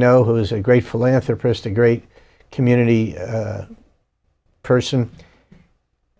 know who is a great philanthropist a great community person